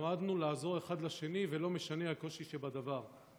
נועדנו לעזור אחד לשני, ולא משנה הקושי שבדבר.